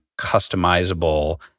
customizable